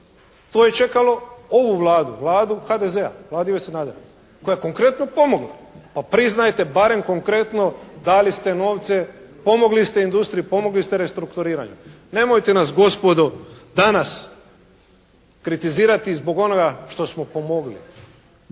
To je čekalo ovu Vladu, Vladu HDZ-a, Vladu Ive Sanadera koja je konkretno pomogla. Pa priznajte barem konkretno dali ste novce, pomogli ste industriji, pomogli ste restrukturiranju. Nemojte nas gospodo danas kritizirati zbog onoga što smo pomogli.